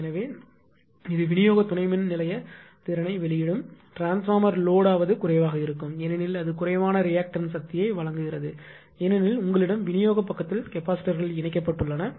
எனவே இது விநியோக துணை மின் நிலைய திறனை வெளியிடும் டிரான்ஸ்பார்மர் லோட் ஆவது குறைவாக இருக்கும் ஏனெனில் அது குறைவான ரியாக்டன்ஸ் சக்தியை வழங்கும் ஏனெனில் உங்களிடம் விநியோக பக்கத்தில் கெப்பாசிட்டர்கள்இணைக்கப்பட்டுள்ளன